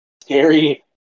scary